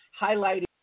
highlighting